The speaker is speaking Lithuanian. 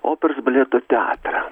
operos baleto teatrą